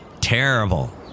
terrible